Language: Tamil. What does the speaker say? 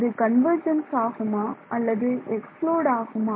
அது கன்வர்ஜென்ஸ் ஆகுமா அல்லது எக்ஸ்ப்ளோடு ஆகுமா